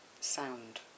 sound